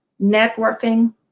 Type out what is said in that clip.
networking